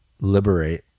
liberate